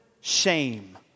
shame